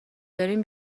دارین